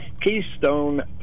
Keystone